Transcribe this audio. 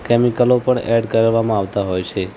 કૅમિકલો પણ ઍડ કરવામાં આવતા હોય છે